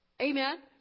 Amen